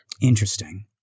interesting